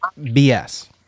BS